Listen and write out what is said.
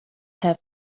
have